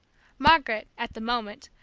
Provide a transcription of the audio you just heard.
margaret, at the moment,